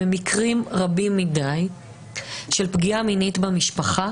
במקרים רבים מדי של פגיעה מינית במשפחה